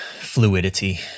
fluidity